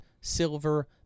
silver